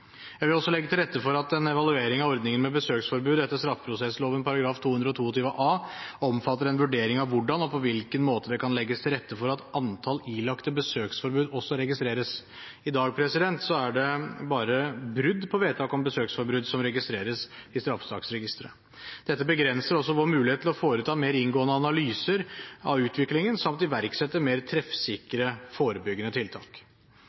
Jeg vil også legge til rette for at en evaluering av ordningen med besøksforbud etter straffeprosessloven § 222 a omfatter en vurdering av hvordan og på hvilken måte det kan legges til rette for at antall ilagte besøksforbud også registreres. I dag er det bare brudd på vedtak om besøksforbud som registreres i straffesaksregisteret. Dette begrenser også vår mulighet til å foreta mer inngående analyser av utviklingen samt iverksette mer treffsikre forebyggende tiltak.